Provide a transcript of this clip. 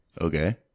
okay